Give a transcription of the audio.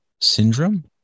syndrome